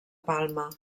palma